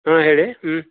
ಹಾಂ ಹೇಳಿ ಹ್ಞೂ